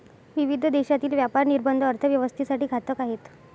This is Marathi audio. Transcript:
विविध देशांतील व्यापार निर्बंध अर्थव्यवस्थेसाठी घातक आहेत